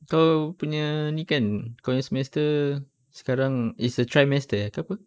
kau punya ini kan kau punya semester sekarang is a trimester eh ke apa